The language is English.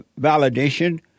validation